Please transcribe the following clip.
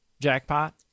jackpot